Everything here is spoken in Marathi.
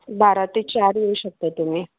बारा ते चार येऊ शकता तुम्ही